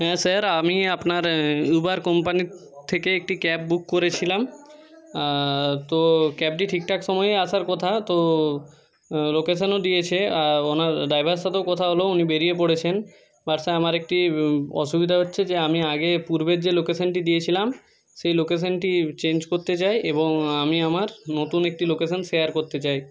হ্যাঁ স্যার আমি আপনার উবের কোম্পানি থেকে একটি ক্যাব বুক করেছিলাম তো ক্যাবটি ঠিকঠাক সময়েই আসার কথা তো লোকেশানও দিয়েছে ওনার ডাইভারের সাথেও কথা হলো উনি বেরিয়ে পড়েছেন বাট স্যার আমার একটি অসুবিধা হচ্ছে যে আমি আগে পূর্বের যে লোকেশানটি দিয়েছিলাম সেই লোকেশানটি চেঞ্জ করতে চাই এবং আমি আমার নতুন একটি লোকেশান শেয়ার করতে চাই